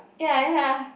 ya ya